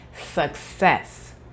success